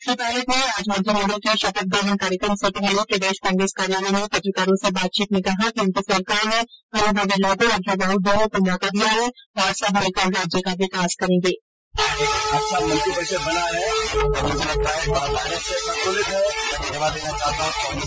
श्री पायलट ने आज मंत्रिमंडल के शपथ ग्रहण कार्यक्रम से पहले प्रदेश कांग्रेस कार्यालय में पत्रकारों से बातचीत में कहा कि उनकी सरकार ने अनुभवी लोगों और युवाओं दोनो को मौका दिया है और सब मिलकर राज्य का विकास करेंगे